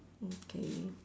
okay